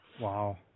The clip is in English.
wow